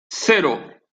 cero